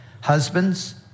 Husbands